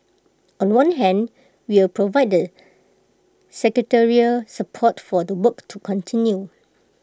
on one hand we'll provide the secretariat support for the work to continue